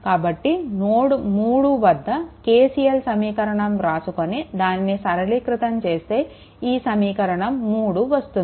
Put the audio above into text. కాబట్టి నోడ్ 3 వద్ద KCL సమీకరణం వ్రాసుకొని దానిని సరళీకృతం చేస్తే ఈ సమీకరణం 3 వస్తుంది